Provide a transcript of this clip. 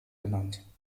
genannt